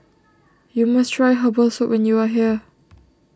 you must try Herbal Soup when you are here